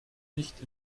nicht